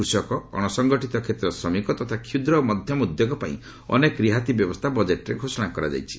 କୃଷକ ଅଣସଙ୍ଗଠିତ କ୍ଷେତ୍ରର ଶ୍ରମିକ ତଥା କ୍ଷୁଦ୍ର ଓ ମଧ୍ୟମ ଉଦ୍ୟୋଗ ପାଇଁ ଅନେକ ରିହାତି ବ୍ୟବସ୍ଥା ବଜେଟ୍ରେ ଘୋଷଣା କରାଯାଇଛି